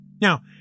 Now